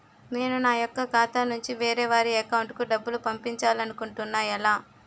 నేను నా యెక్క ఖాతా నుంచి వేరే వారి అకౌంట్ కు డబ్బులు పంపించాలనుకుంటున్నా ఎలా?